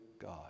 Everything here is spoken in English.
God